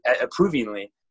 approvingly